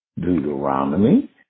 Deuteronomy